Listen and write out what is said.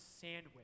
sandwich